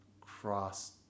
cross